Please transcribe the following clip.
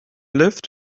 lift